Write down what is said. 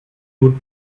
would